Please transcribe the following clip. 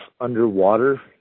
underwater